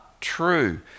true